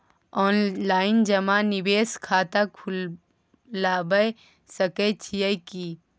Online जमा निवेश खाता खुलाबय सकै छियै की?